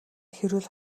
хэрүүл